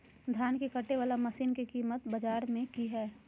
धान के कटे बाला मसीन के कीमत बाजार में की हाय?